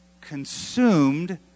consumed